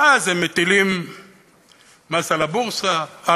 ואז הם מטילים מס על הבורסה,